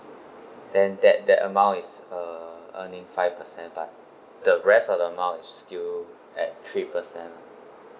then that that amount is uh earning five percent but the rest of the amount is still at three percent lah